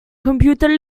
computer